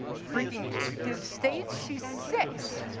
freaking active states, she's six,